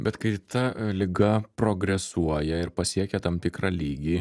bet kai ta liga progresuoja ir pasiekia tam tikrą lygį